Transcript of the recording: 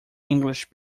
english